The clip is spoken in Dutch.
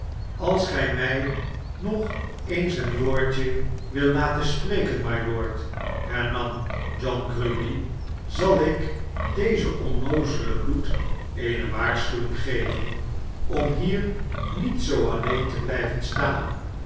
als gij mij nog een woordje wilt laten spreken mylord hernam john grueby zal ik dezen onnoozelen bloed eene waarschuwing geven om hier niet zoo alleen te blijven staan